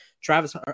Travis